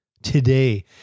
today